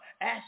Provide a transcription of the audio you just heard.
Ask